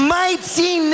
mighty